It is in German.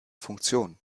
funktion